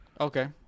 Okay